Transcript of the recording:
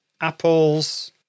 apples